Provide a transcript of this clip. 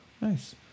Nice